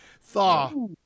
thaw